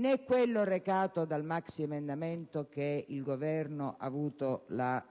è quello recato dal maxiemendamento che il Governo ha avuto la